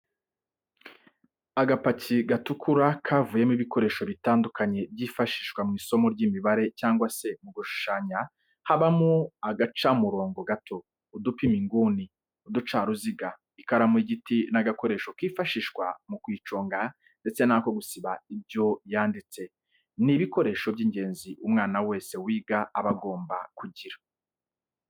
Agapaki gatukura kavuyemo ibikoresho bitandukanye byifashishwa mu isomo ry'imibare cyangwa se mu gushushanya habamo agacamurongo gato, udupima inguni, uducaruziga, ikaramu y'igiti n'agakoresho kifashishwa mu kuyiconga ndetse n'ako gusiba ibyo yanditse, ni ibikoresho by'ingenzi umwana wese wiga aba agomba kugira.